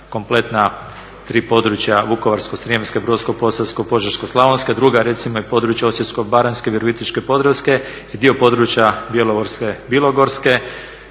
kompletna tri područja Vukovarsko-srijemske, Brodsko-posavske, Požeško-slavonske. Druga recimo i područja Osječko-baranjske, Virovitičke i Podravske i dio područja Bjelovarsko-bilogorske,